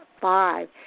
five